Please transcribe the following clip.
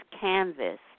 canvas